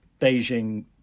Beijing